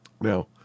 now